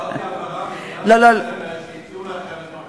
הם רק